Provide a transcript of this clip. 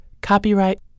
Copyright